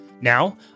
Now